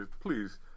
Please